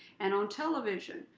and on television,